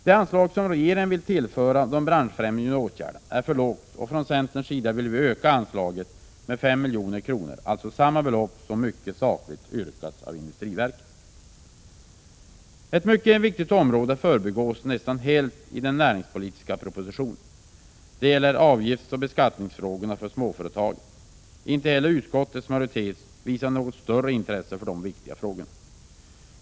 Det anslag som regeringen vill tillföra de branschfrämjande åtgärderna är för lågt, och från centern vill vi öka på anslaget med 5 milj.kr., alltså samma belopp som mycket sakligt yrkats av industriverket. Ett mycket viktigt område förbigås nästan helt i den näringspolitiska propositionen. Det gäller avgiftsoch beskattningsfrågorna för småföretagen. Inte heller utskottets majoritet visar något större intresse för dessa viktiga frågor.